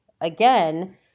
again